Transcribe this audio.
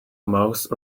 mouse